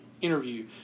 interview